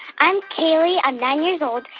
i'm kayley. i'm nine years old.